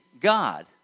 God